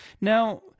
Now